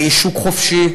אני איש שוק חופשי.